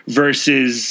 versus